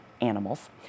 animals